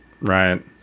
Right